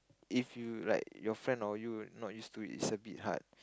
if you like your friend or you not used to it is a bit hard